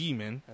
man